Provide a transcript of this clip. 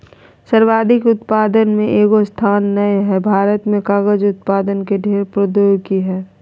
सर्वाधिक उत्पादक में एगो स्थान नय हइ, भारत में कागज उत्पादन के ढेर प्रौद्योगिकी हइ